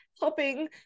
helping